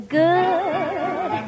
good